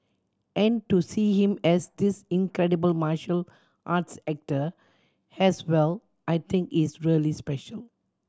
and to see him as this incredible martial arts actor as well I think is really special